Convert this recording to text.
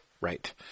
Right